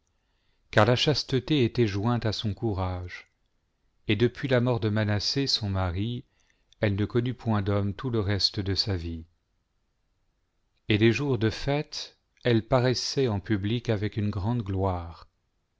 car la chasteté était jointe à son courage et depuis la mort de manassé son mari elle ne connut point d'homme tout le reste de sa vie et les jours de fêtes elle paraissait en public avec une grande gloire